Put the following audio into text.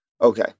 okay